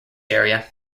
area